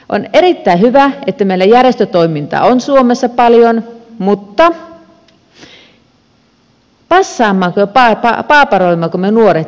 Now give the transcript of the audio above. on erittäin hyvä että meillä järjestötoimintaa on suomessa paljon mutta passaammeko me ja paaparoimmeko me nuoret sitten pilalle